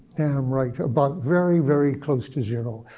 i'm right, about very, very close to zero.